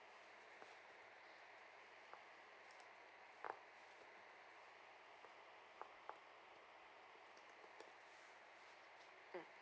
mm